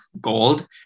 gold